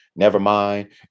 Nevermind